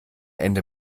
ende